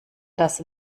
das